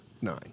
nine